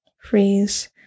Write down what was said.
freeze